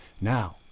Now